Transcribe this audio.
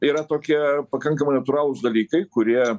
yra tokie pakankamai natūralūs dalykai kurie